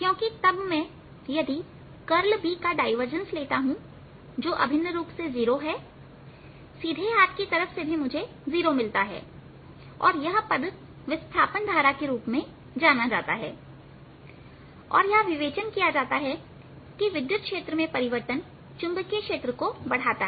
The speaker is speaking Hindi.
क्योंकि तब यदि मैं करल B का डाइवर्जंस लेता हूं जो कि अभिन्न रूप से 0 है सीधे हाथ की तरफ भी मुझे जीरो मिलता है और यह पद विस्थापन धारा के रूप में जाना जाता है और यह विवेचन किया जाता है कि विद्युत क्षेत्र में परिवर्तन चुंबकीय क्षेत्र को बढ़ाता है